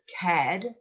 CAD